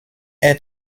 est